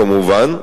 כמובן,